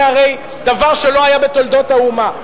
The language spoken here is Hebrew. זה הרי דבר שלא היה בתולדות האומה.